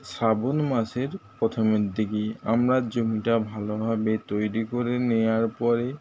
শ্রাবণ মাসের প্রথমের দিকেই আমরা জমিটা ভালোভাবে তৈরি করে নেওয়ার পরে